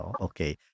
Okay